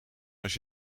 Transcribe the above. als